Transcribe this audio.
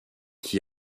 qui